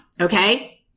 Okay